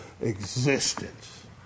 existence